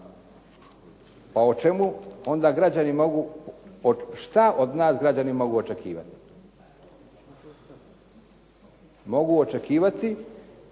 Pa o čemu onda građani mogu, šta od nas građani mogu očekivati? Mogu očekivati